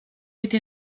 été